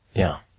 yeah.